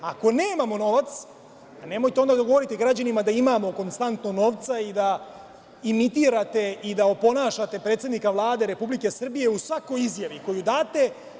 Ako nemamo novac, nemojte onda da govorite građanima da imamo konstantno novca i da imitirate i oponašate predsednika Vlade Republike Srbije u svakoj izjavi koju date.